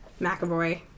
McAvoy